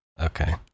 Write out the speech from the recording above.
Okay